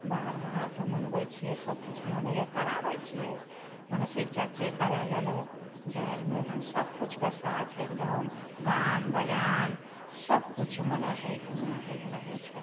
बाहर बाहरसँ मँगबैत छियै सबकिछु मने कराबैत छियै मने शिवचर्चे कराय लेलहुँ झालि मृदङ्ग सबकिछुके साथ एकदम गान बजान सबकिछु मने होइत मने होइत रहैत छै